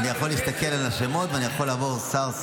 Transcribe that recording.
אני יכול להסתכל על השמות, ואני יכול לעבור שר-שר.